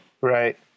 Right